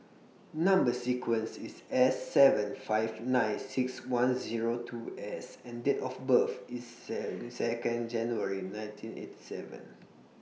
Number sequence IS S seven five nine six one Zero two S and Date of birth IS sell Second January nineteen eighty seven